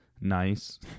nice